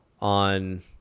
on